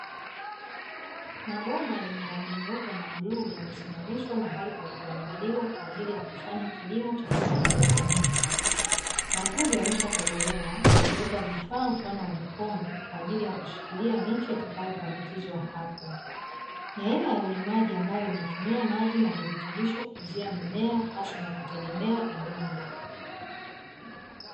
Mabomba yenye rangi nyeupe na bluu yamesimamishwa mahali palipoandaliwa kwa ajili ya kufanya kilimo cha kihaidroponiki, matundu yameshatobolewa na kuwekwa vifaa mfano wa vikombe kwa ajili ya kushikilia miche itakayopandikizwa hapo, ni aina ya ulimaji ambayo inatumia maji na virutubisho kukuzia mimea pasi na kutegemea udongo.